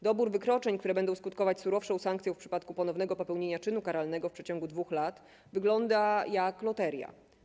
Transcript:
Dobór wykroczeń, które będą skutkować surowszą sankcją w przypadku ponownego popełnienia czynu karalnego w przeciągu 2 lat wygląda jak loteria.